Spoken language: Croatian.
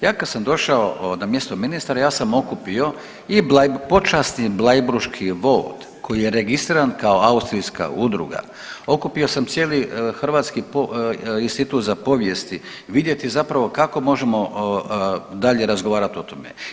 Ja kad sam došao na mjesto ministra, ja sam okupio i .../nerazumljivo/... i Počasni blajburški vod koji je registriran kao austrijska udruga, okupio sam cijeli Hrvatski institut za povijest, vidjeti zapravo kako možemo dalje razgovarati o tome.